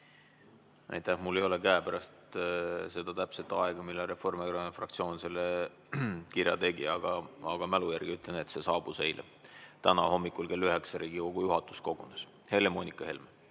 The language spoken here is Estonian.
Aitäh! Mul ei ole käepärast seda täpset aega, millal Reformierakonna fraktsioon selle kirja tegi, aga mälu järgi ütlen, et see saabus eile. Täna hommikul kell 9 Riigikogu juhatus kogunes. Helle-Moonika Helme.